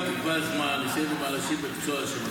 בוא, תקבע זמן, נעשה את זה עם אנשי מקצוע שלנו.